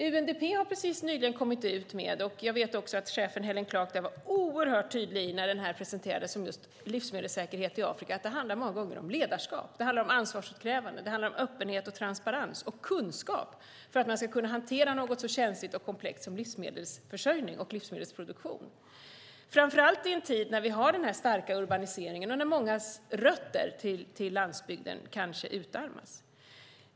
UNDP har precis nyligen kommit ut med en rapport om livsmedelssäkerhet, och jag vet att chefen Helen Clark när den presenterades var oerhört tydlig med att det många gånger handlar om ledarskap. Det handlar om ansvarsutkrävande, det handlar om öppenhet, transparens och kunskap för att man ska kunna hantera något så känsligt och komplext som livsmedelsförsörjning och livsmedelsproduktion, framför allt i en tid med stark urbanisering och när mångas rötter till landsbygden kanske utarmas.